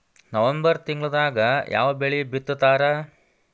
November ತಿಂಗಳದಾಗ ಯಾವ ಬೆಳಿ ಬಿತ್ತತಾರ?